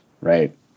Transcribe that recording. right